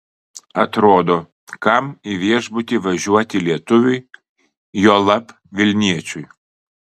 atrodo kam į viešbutį važiuoti lietuviui juolab vilniečiui